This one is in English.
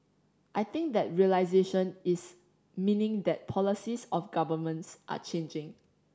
I think that realisation is meaning that policies of governments are changing